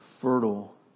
fertile